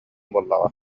буоллаҕа